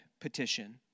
petition